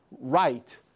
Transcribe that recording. right